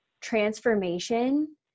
transformation